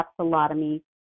capsulotomy